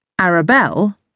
Arabelle